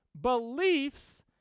Beliefs